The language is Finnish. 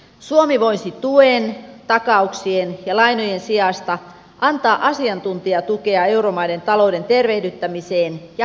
suomi voisi tuen takauksien ja lainojen sijasta antaa asiantuntijatukea euromaiden talouden tervehdyttämiseen ja